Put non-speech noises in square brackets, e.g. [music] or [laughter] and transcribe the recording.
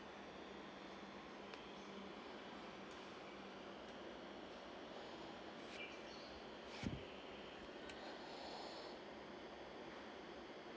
[breath]